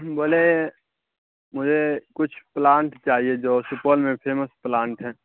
بولے مجھے کچھ پلانٹ چاہیے جو سپول میں فیمس پلانٹ ہیں